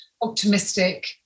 optimistic